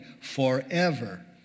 forever